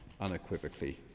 unequivocally